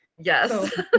yes